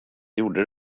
gjorde